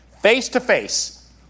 face-to-face